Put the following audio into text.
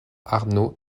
arnaud